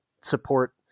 support